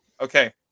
Okay